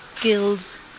Guilds